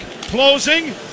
closing